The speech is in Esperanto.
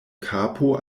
kapo